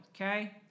okay